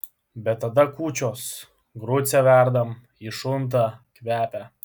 bet tada kūčios grucę verdam ji šunta kvepia